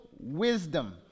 wisdom